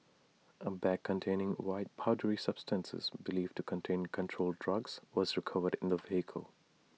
A bag containing white powdery substances believed to contain controlled drugs was recovered in the vehicle